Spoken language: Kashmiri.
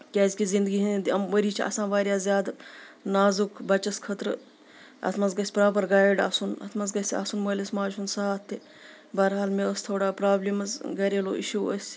کیازِ کہِ زنٛدگی ۂنٛدۍ یِم ؤری چھِ آسان واریاہ زیادٕ نازُک بَچس خٲطرٕ اَتھ منٛز گژھِ پراپر گَیِڑ آسُن اَتھ منٛز گژھِ آسُن مٲلِس ماجہِ ہُنٛد ساتھ تہِ بہرحال مےٚ ٲسۍ تھوڑا پرابلِمٕز گریلو اِشوٗ ٲسۍ